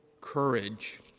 courage